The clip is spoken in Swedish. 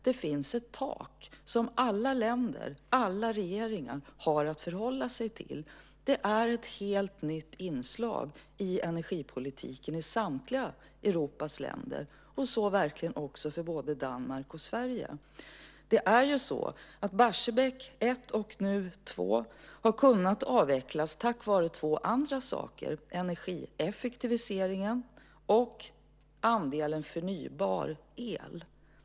Det finns ett tak som alla länder och alla regeringar har att förhålla sig till. Det är ett helt nytt inslag i energipolitiken i samtliga Europas länder, och därmed också för både Danmark och Sverige. Barsebäck 1 och 2 har kunnat avvecklas tack vare två andra saker, nämligen energieffektiviseringen och andelen förnybar el.